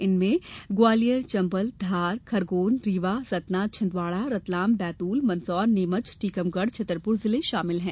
इनमें ग्वालियर चंबल धार खरगोन रीवा सतना छिंदवाड़ा रतलाम बैतूल मंदसौर नीमच टीकमगढ़ छतरपुर जिले शामिल हैं